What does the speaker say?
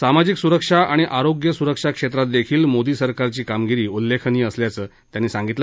सामाजिक सुरक्षा आणि आरोग्य सुरक्षा क्षेत्रात देखील मोदी सरकारची कामगिरी उल्लेखनीय असल्याचं ते यावेळी म्हणाले